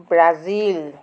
Brazil